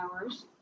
hours